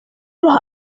los